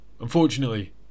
Unfortunately